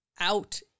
out